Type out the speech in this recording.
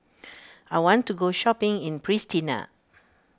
I want to go shopping in Pristina